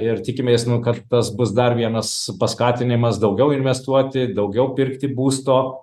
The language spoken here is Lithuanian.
ir tikimės nu kad tas bus dar vienas paskatinimas daugiau investuoti daugiau pirkti būsto